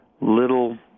little